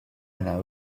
know